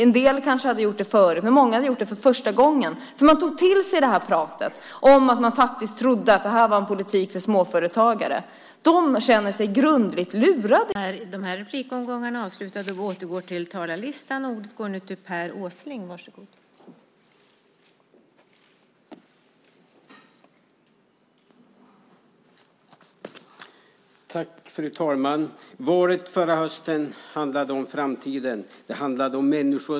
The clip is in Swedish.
En del kanske hade gjort det förut, men många gjorde det för första gången. Man tog nämligen till sig pratet och trodde att det här faktiskt var en politik för småföretagare. Dessa känner sig grundligt lurade i dag. De har bara mötts av skattehöjningar. Ni väljer ut en liten nischad bransch - städbranschen. De ska få lättnader. De andra får skattehöjningar.